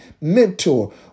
mentor